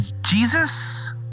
Jesus